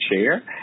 Chair